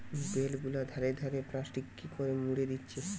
bell গুলা ধরে ধরে প্লাস্টিকে করে মুড়ে দিচ্ছে